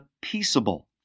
peaceable